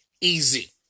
easy